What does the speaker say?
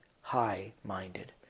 high-minded